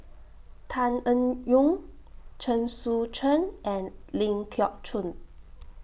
Tan Eng Yoon Chen Sucheng and Ling Geok Choon